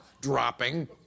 Dropping